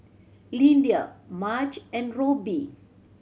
Lyndia Marge and Robby